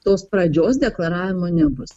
tos pradžios deklaravimo nebus